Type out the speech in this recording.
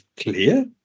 clear